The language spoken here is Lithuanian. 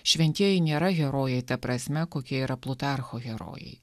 šventieji nėra herojai ta prasme kokia yra plutarcho herojai